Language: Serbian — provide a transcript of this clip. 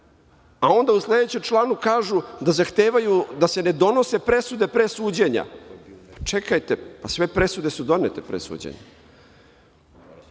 a onda u sledećem članu kažu da zahtevaju da se ne donose presude pre suđenja. Pa čekajte, pa sve presude su donete pre suđenja.